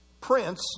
prince